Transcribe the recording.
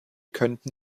könnten